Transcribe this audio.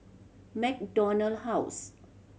MacDonald House